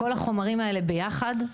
כל החומרים האלה ביחד,